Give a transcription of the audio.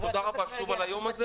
אז תודה רבה על היום הזה.